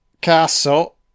Castle